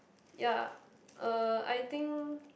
ya uh I think